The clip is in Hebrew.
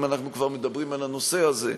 אם אנחנו כבר מדברים על הנושא הזה.